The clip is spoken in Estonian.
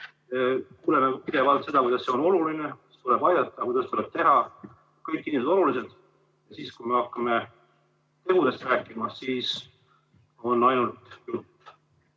Kuuleme pidevalt seda, kuidas see on oluline, kuidas tuleb aidata, kuidas tuleb teha, kõik inimesed on olulised. Ja kui me hakkame tegudest rääkima, siis on ainult jutt.